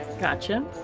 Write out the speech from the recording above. Gotcha